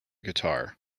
guitar